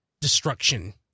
destruction